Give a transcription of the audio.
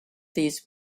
these